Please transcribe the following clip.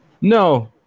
No